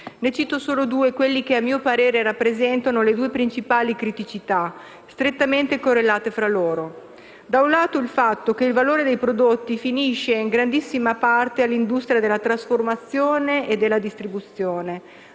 Ne cito solo due, quelli che, a mio parere rappresentano le due principali criticità, strettamente correlate fra loro. Da un lato, il fatto che il valore dei prodotti finisce in grandissima parte all'industria della trasformazione e alla distribuzione;